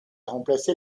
remplacé